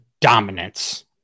dominance